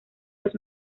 los